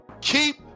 keep